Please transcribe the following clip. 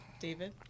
David